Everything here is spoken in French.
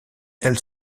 elle